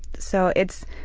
so it's